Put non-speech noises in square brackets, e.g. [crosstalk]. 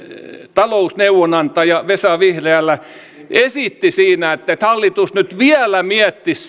talousneuvonantaja vesa vihriälä esitti siinä myöskin että hallitus nyt vielä miettisi [unintelligible]